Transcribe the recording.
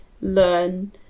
learn